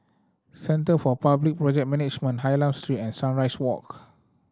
centre for Public Project Management Hylam Street and Sunrise Walk